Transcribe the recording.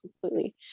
completely